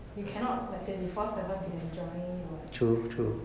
you cannot like twenty four seven be enjoying it [what] true true